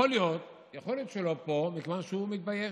יכול להיות שהוא לא פה מכיוון שהוא מתבייש.